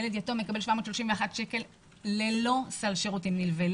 ילד יתום מקבל 731 שקל ללא סל שירותים נלווה,